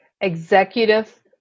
executive